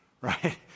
Right